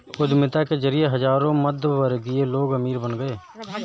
उद्यमिता के जरिए हजारों मध्यमवर्गीय लोग अमीर बन गए